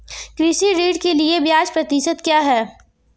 कृषि ऋण के लिए ब्याज प्रतिशत क्या है?